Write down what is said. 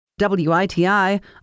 WITI